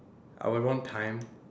I would want time